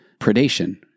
predation